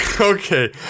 Okay